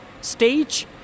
stage